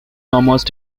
almost